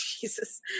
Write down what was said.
Jesus